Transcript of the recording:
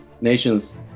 nations